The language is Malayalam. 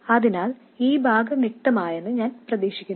അതിനാൽ ഈ ഭാഗം വ്യക്തമായെന്ന് ഞാൻ പ്രതീക്ഷിക്കുന്നു